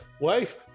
Wife